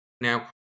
Now